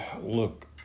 look